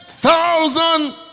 Thousand